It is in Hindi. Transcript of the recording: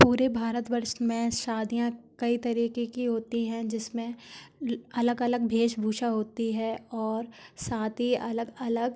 पूरे भारतवर्ष में शादियाँ कई तरीके की होती हैं जिसमें ल अलग अलग वेशभूषा होती है और साथ ही अलग अलग